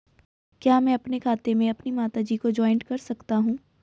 क्या मैं अपने खाते में अपनी माता जी को जॉइंट कर सकता हूँ?